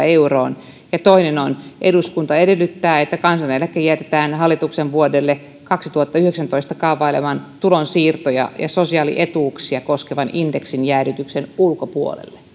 euroon ja toinen on eduskunta edellyttää että kansaneläke jätetään hallituksen vuodelle kaksituhattayhdeksäntoista kaavaileman tulonsiirtoja ja sosiaalietuuksia koskevan indeksin jäädytyksen ulkopuolelle